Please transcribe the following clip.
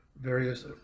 various